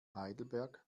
heidelberg